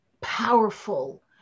powerful